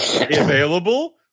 available